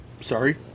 Sorry